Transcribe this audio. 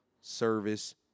service